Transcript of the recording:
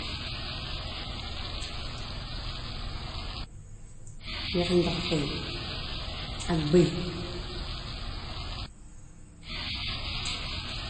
Wexeñ dafa xeeñ ak bëy.